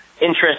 interest